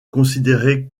considérée